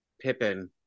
pippin